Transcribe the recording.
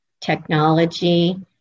technology